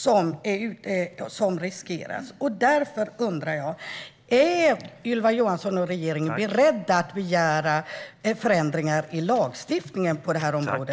Jag undrar därför om Ylva Johansson och regeringen är beredda att snabbt begära förändringar i lagstiftningen på detta område.